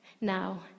Now